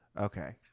Okay